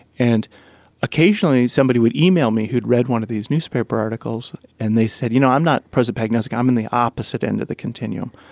and occasionally somebody would email me who had read one of these newspaper articles and they said, you know, i'm not prosopagnosic, i'm in the opposite end of the continuum,